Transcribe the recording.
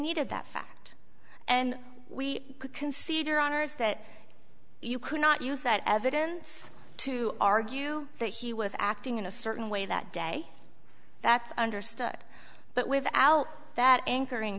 needed that fact and we could consider honors that you could not use that evidence to argue that he was acting in a certain way that day that's understood but without that anchoring